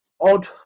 odd